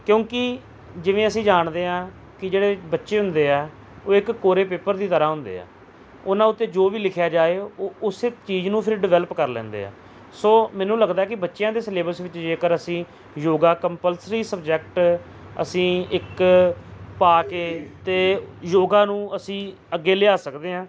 ਕਿਉਂਕਿ ਜਿਵੇਂ ਅਸੀਂ ਜਾਣਦੇ ਹਾਂ ਕਿ ਜਿਹੜੇ ਬੱਚੇ ਹੁੰਦੇ ਆ ਉਹ ਇੱਕ ਕੋਰੇ ਪੇਪਰ ਦੀ ਤਰ੍ਹਾਂ ਹੁੰਦੇ ਆ ਉਹਨਾਂ ਉੱਤੇ ਜੋ ਵੀ ਲਿਖਿਆ ਜਾਏ ਉਹ ਉਸੇ ਚੀਜ਼ ਨੂੰ ਫਿਰ ਡਿਵੈਲਪ ਕਰ ਲੈਂਦੇ ਆ ਸੋ ਮੈਨੂੰ ਲੱਗਦਾ ਕਿ ਬੱਚਿਆਂ ਦੇ ਸਿਲੇਬਸ ਵਿੱਚ ਜੇਕਰ ਅਸੀਂ ਯੋਗਾ ਕੰਪਲਸਰੀ ਸਬਜੈਕਟ ਅਸੀਂ ਇੱਕ ਪਾ ਕੇ ਅਤੇ ਯੋਗਾ ਨੂੰ ਅਸੀਂ ਅੱਗੇ ਲਿਆ ਸਕਦੇ ਹਾਂ